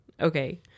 okay